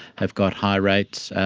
have got high rates.